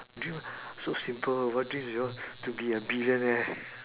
dream so simple what dreams you want to be a billionaire